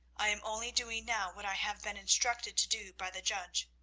i am only doing now what i have been instructed to do by the judge.